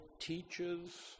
teaches